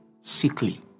sickly